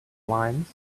limes